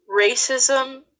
Racism